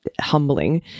humbling